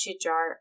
jar